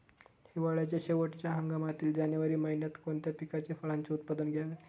हिवाळ्याच्या शेवटच्या हंगामातील जानेवारी महिन्यात कोणत्या पिकाचे, फळांचे उत्पादन घ्यावे?